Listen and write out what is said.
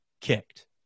kicked